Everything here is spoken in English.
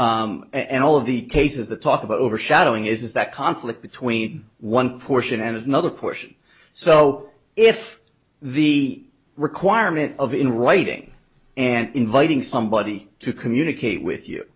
g and all of the cases that talk about overshadowing is that conflict between one portion and is another question so if the requirement of in writing and inviting somebody to communicate with you